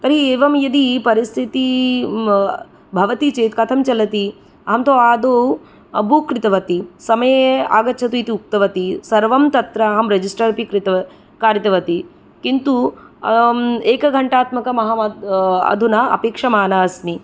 तर्हि एवं यदि परिस्थिति भवति चेत् कथं चलति अहं तु आदौ बुक् कृतवती समये आगच्छति तु उक्तवती सर्वं तत्र अहं रेजिस्टर् अपि कारितवती किन्तु एकघण्टात्मकं अहम् अधुना अपेक्षमाना अस्मि